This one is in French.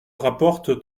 rapporte